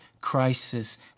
crisis